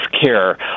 care